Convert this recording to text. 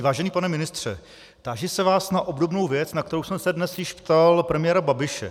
Vážený pane ministře, táži se vás na obdobnou věc, na kterou jsem se dnes již ptal premiéra Babiše.